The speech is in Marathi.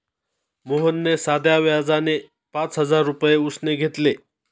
मोहनने साध्या व्याजाने पाच हजार रुपये उसने घेतले